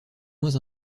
moins